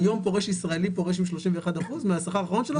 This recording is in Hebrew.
היום פורש ישראלי פורש עם 31% מהשכר האחרון שלו?